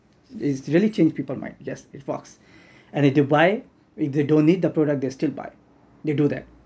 it's really change people mind yes it works and if they buy if they don't need the product they'll still buy they do that